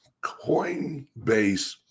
Coinbase